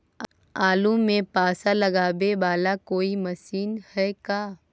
आलू मे पासा लगाबे बाला कोइ मशीन है का?